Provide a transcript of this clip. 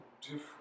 different